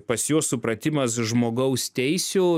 pas juos supratimas žmogaus teisių